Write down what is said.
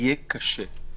יהיה קשה.